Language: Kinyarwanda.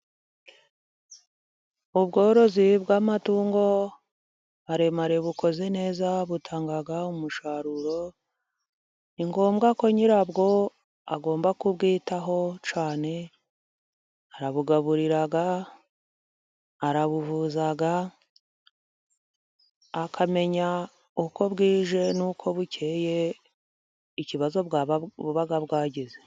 Ubworozi bw'amatungo maremare bukoze neza, butanga umusaruro, ni ngombwa ko nyirabwo agomba kubwitaho cyane, arabugaburira, arabuvuza, akamenya uko bwije n'uko bukeye ikibazo bwaba, bubaga bwagize.